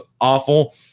awful